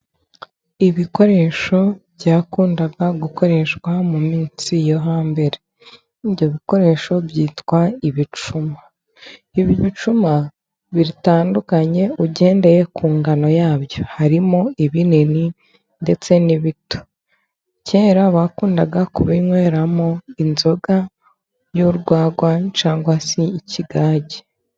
Ibikoresho byakundaga gukoreshwa mu minsi yo hambere. Ibyo bikoresho byitwa ibicuma. Ibi bicuma bitandukanye ugendeye ku ngano yabyo. Harimo ibinini ndetse n'ibito. Kera bakundaga kubinyweramo inzoga y'urwagwa cyangwa se ikigage.